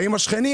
באים השכנים